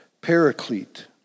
Paraclete